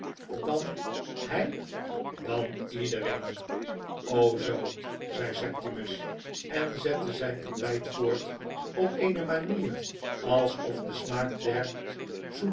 dan hy dan iedereen zoo zei septimus en zette zynontbyt voort op eene manier alsof de smaak